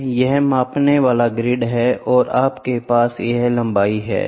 यह मापने वाला ग्रिड है और आपके पास यह लंबाई है